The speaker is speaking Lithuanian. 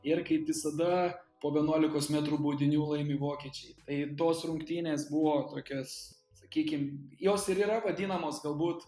ir kaip visada po vienuolikos metrų baudinių laimi vokiečiai tai tos rungtynės buvo tokios sakykim jos ir yra vadinamos galbūt